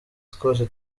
twose